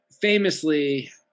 famously